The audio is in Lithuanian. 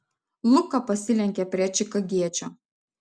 luka pasilenkė prie čikagiečio